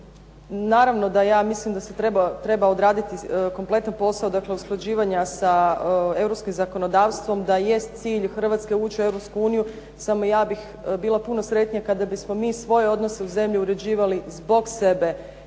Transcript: naravno da ja mislim da se treba odraditi kompletan posao dakle usklađivanja sa europskim zakonodavstvom, da jest cilj Hrvatske ući u Europsku uniju, samo ja bih bila puno sretnija kada bismo mi svoje odnose u zemlji uređivali zbog sebe.